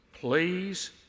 Please